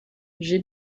j’ai